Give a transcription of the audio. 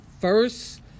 first